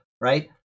Right